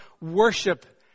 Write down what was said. worship